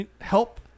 help